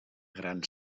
gran